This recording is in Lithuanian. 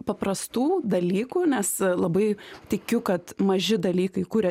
paprastų dalykų nes labai tikiu kad maži dalykai kuria